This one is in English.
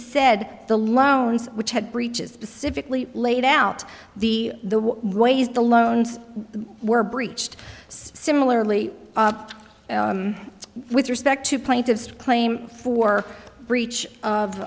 said the loans which had breaches specifically laid out the ways the loans were breached similarly with respect to plaintiff's claim for breach of